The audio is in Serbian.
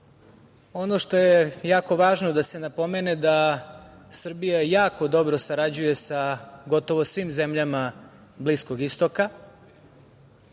što je jako važno da se napomene da Srbija jako dobro sarađuje sa, gotovo svim zemljama Bliskog istoka,